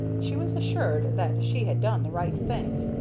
she was assured that she had done the right thing.